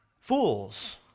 fools